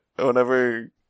whenever